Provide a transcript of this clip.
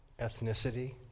ethnicity